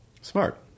Smart